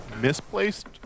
misplaced